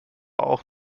auch